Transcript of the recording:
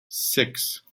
six